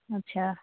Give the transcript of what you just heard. अच्छा